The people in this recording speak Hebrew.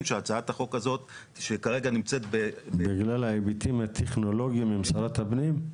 שהצעת החוק הזאת שכרגע נמצאת ב בגלל ההיבטים הטכנולוגים משרד הפנים?